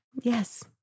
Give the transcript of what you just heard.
Yes